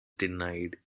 denied